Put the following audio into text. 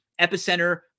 Epicenter